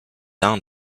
down